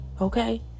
okay